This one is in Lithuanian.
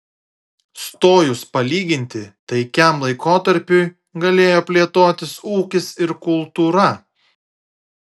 stojus palyginti taikiam laikotarpiui galėjo plėtotis ūkis ir kultūra